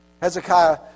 Hezekiah